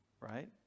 right